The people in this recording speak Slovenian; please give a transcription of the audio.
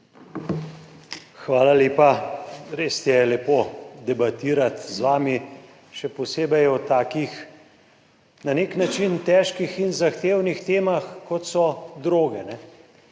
Hvala lepa. Res je lepo debatirati z vami, še posebej o takih na nek način težkih in zahtevnih temah kot so droge.